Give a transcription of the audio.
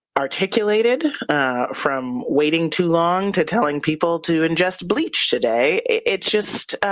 articulated from waiting too long, to telling people to ingest bleach today. it's just